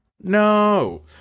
No